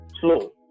slow